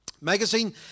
Magazine